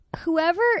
whoever